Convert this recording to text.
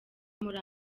muri